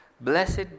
Blessed